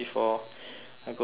I go to my slides